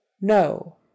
no